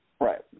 Right